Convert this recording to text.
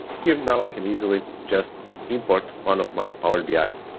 here, now, i can easily just import one of my power bi